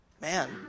Man